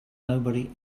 nobody